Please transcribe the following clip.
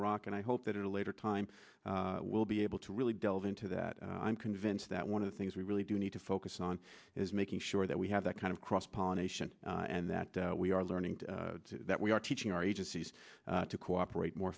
iraq and i hope that in a later time we'll be able to really delve into that i'm convinced that one of the things we really do need to focus on is making sure that we have that kind of cross pollination and that we are learning that we are teaching our agencies to cooperate more